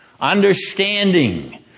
understanding